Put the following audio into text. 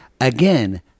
Again